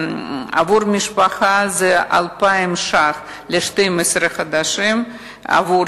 למשפחה זה 2,000 שקלים ל-12 חודשים עבור